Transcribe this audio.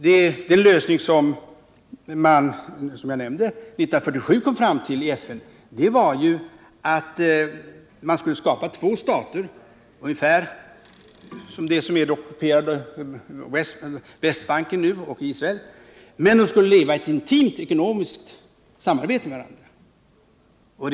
Den lösning som man, som jag nämnde, 1947 kom fram till i FN var ju att skapa två stater, en ungefär där Västbanken är nu och Israel, men de skulle leva i ett intimt ekonomiskt samarbete med varandra.